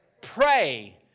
Pray